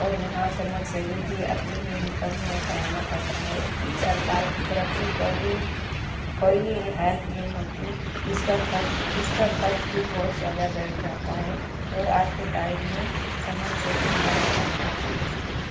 اور یہاں سمرسیول ہی اپنی ہی انکم میں کرانا پڑتا ہے سرکار کی طرف سے کوئی کوئی ہیلپ نہیں ہوتی جس کا خرچ جس کا خرچ بھی بہت زیادہ بیٹھ جاتا ہے اور آج کے ٹائم میں سمرسیول کرانا کافی مشکل